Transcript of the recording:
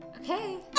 okay